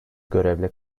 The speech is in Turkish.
görevle